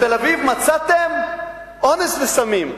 בתל-אביב מצאתם אונס וסמים.